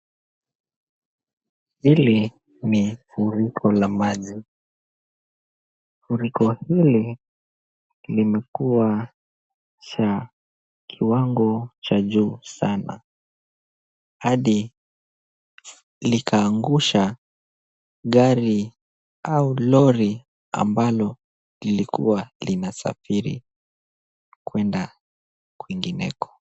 Hili ni furiko la maji, furiko hili limekuwa cha kiwango cha juu sana, hadi likaangusha gari au lori, ambalo lililkuwa linasafiri kuenda kwingineko.